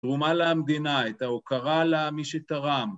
‫תרומה למדינה, ‫את ההוקרה למי שתרם.